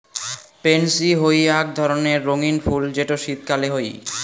pansy হই আক ধরণের রঙ্গীন ফুল যেটো শীতকালে হই